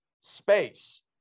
space